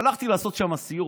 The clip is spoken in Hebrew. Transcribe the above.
הלכתי לעשות שם סיור.